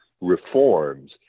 reforms